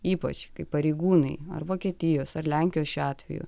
ypač kai pareigūnai ar vokietijos ar lenkijos šiuo atveju